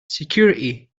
security